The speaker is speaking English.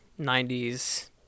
90s